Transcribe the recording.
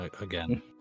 Again